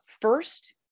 First